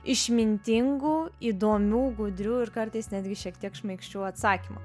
išmintingų įdomių gudrių ir kartais netgi šiek tiek šmaikščių atsakymų